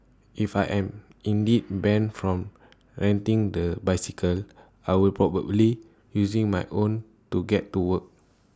if I am indeed banned from renting the bicycle I will probably using my own to get to work